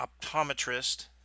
optometrist